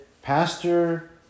Pastor